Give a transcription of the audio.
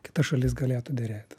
kita šalis galėtų derėt